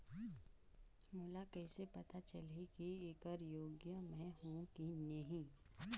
मोला कइसे पता चलही की येकर योग्य मैं हों की नहीं?